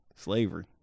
Slavery